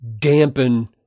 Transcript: dampen